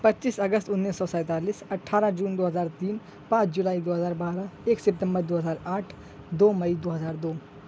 پچیس اگست انیس سو سینتالیس اٹھارہ جون دو ہزار تین پانچ جولائی دو ہزار بارہ ایک ستمبر دو ہزار آٹھ دو مئی دو ہزار دو